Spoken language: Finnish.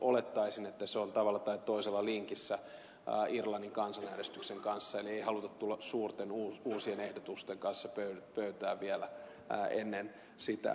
olettaisin että se on tavalla tai toisella linkissä irlannin kansanäänestyksen kanssa eli ei haluta tulla suurten uusien ehdotusten kanssa pöytään vielä ennen sitä